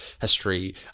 history